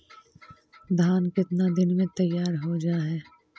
धान केतना दिन में तैयार हो जाय है?